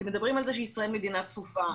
אתם מדברים על זה שישראל מדינה צפופה,